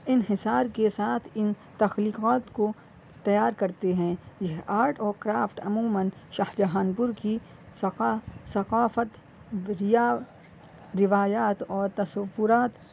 انحصار کے ساتھ ان تخلیقات کو تیار کرتے ہیں یہ آرٹ اور کرافٹ عموماً شاہ جہان پور کی ثقا ثقافت بجیا روایات اور تصورات